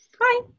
Hi